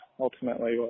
ultimately